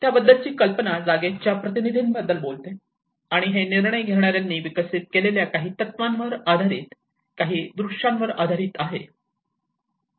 त्याबद्दलची कल्पना जागेच्या प्रतिनिधींबद्दल बोलते आणि हे निर्णय घेणा यांनी विकसित केलेल्या काही तत्वांवर आधारित काही दृश्यांवर आधारित आहे